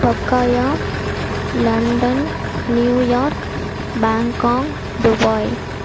Tokyo London New York Bangkok Dubai